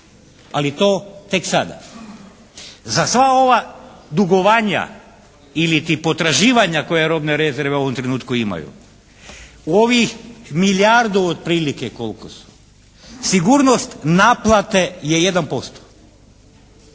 ali to tek sada. Za sva ova dugovanja ili potraživanja koje robne rezerve u ovom trenutku imaju ovih milijardu otprilike koliko su sigurnost naplate je 1%.